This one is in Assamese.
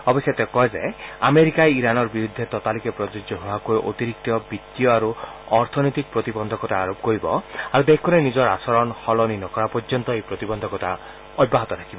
অৱশ্যে তেওঁ কয় যে আমেৰিকাই ইৰাণৰ বিৰুদ্ধে ততালিকে প্ৰযোজ্য হোৱাকৈ অতিৰিক্ত বিত্তীয় আৰু অৰ্থনৈতিক প্ৰতিবদ্ধকতা আৰোপ কৰিব আৰু দেশখনে নিজৰ আচৰণ সলনি নকৰাপৰ্যন্ত এই প্ৰতিবন্ধকতা অব্যাহত থাকিব